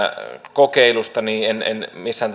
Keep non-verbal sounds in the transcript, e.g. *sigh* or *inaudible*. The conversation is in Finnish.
kokeilusta niin en en missään *unintelligible*